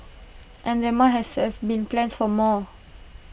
and there must has have been plans for more